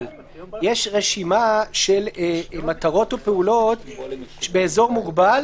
יש רשימה של מטרות ופעולות באזור מוגבל,